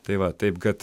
tai va taip kad